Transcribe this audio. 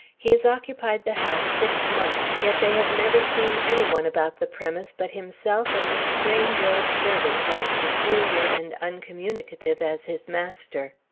he has occupied the house six months, yet they have never seen any one about the premise but himself and a strange old servant as peculiar and uncommunicative as his master.